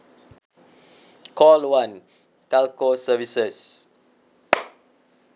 call one telco services